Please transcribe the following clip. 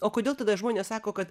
o kodėl tada žmonės sako kad